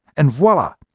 and voila,